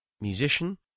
Musician